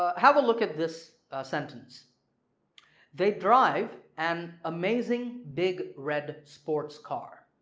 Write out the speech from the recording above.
ah have a look at this sentence they drive an amazing big red sports car.